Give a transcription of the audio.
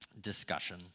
discussion